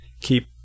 keep